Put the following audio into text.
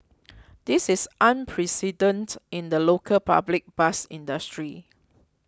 this is unprecedented in the local public bus industry